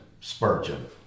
Spurgeon